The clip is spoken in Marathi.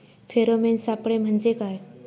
फेरोमेन सापळे म्हंजे काय?